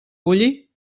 bulli